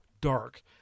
dark